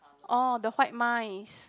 oh the white mice